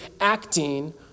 acting